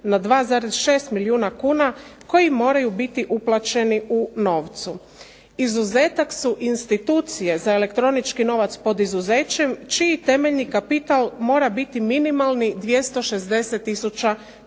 na 2,6 milijuna kuna koji moraju biti uplaćeni u novcu. Izuzetak su institucije za elektronički novac pod izuzećem čiji temeljni kapital mora biti minimalni 260 tisuća